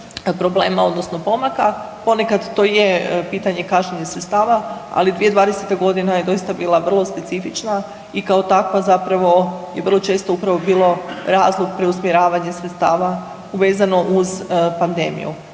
problema odnosno pomaka. Ponekad to je pitanje kašnjenje sredstava, ali 2020. godina je doista bila vrlo specifična i kao takva zapravo je vrlo često upravo bilo razlog preusmjeravanje sredstava vezano uz pandemiju.